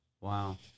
Wow